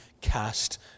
cast